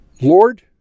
Lord